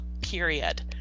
period